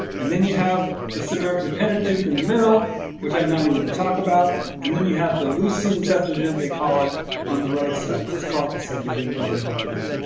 and then you have the samaritan pentateuch in the middle, which i'm not even going to talk about. and then you have the lucian septuagint, they call it, on the right side. just call it the septuagint. don't worry about that.